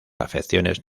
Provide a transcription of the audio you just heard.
afecciones